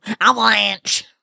Avalanche